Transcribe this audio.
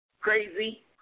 crazy